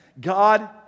God